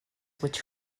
which